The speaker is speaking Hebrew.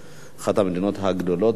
באחת המדינות הגדולות ביותר,